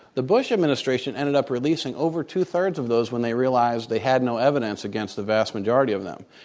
the bush administration ended up releasing over two-thirds of those when they realized they had no evidence against the vast majority of them.